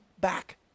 back